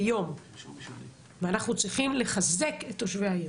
יום ואנחנו צריכים לחזק את תושבי העיר,